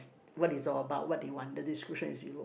what is all about what do you want the description is below